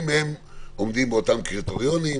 אם הם עומדים באותם קריטריונים,